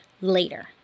later